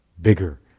bigger